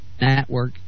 network